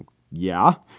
yeah.